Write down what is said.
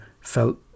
felt